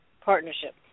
partnership